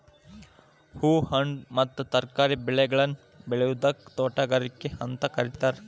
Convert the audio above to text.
ಹೂ, ಹಣ್ಣು ಮತ್ತ ತರಕಾರಿ ಬೆಳೆಗಳನ್ನ ಬೆಳಿಯೋದಕ್ಕ ತೋಟಗಾರಿಕೆ ಅಂತ ಕರೇತಾರ